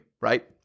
right